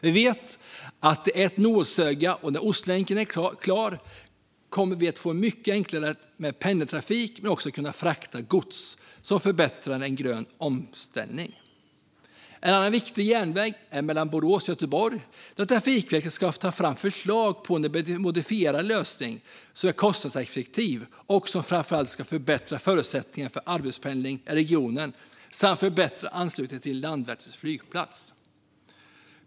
Vi vet att det nu är ett nålsöga, men när Ostlänken är klar kommer det att bli mycket enklare att både pendla och frakta gods, vilket förbättrar den gröna omställningen. En annan viktig järnväg är den mellan Borås och Göteborg. Här ska Trafikverket ta fram förslag på en modifierad lösning som är kostnadseffektiv och som framför allt ska förbättra förutsättningarna för arbetspendlingen i regionen och anslutningen till flygplatsen i Landvetter.